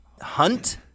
Hunt